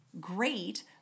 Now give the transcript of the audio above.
great